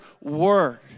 word